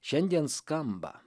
šiandien skamba